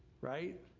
right